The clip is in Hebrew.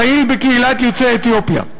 פעיל בקהילת יוצאי אתיופיה.